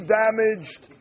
damaged